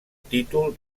títol